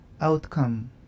outcome